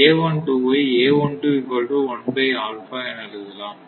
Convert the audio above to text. வை என எழுதலாம்